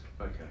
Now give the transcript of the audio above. Okay